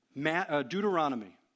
Deuteronomy